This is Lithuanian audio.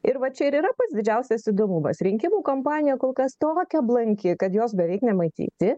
ir va čia ir yra pats didžiausias įdomumas rinkimų kampanija kol kas tokia blanki kad jos beveik nematyti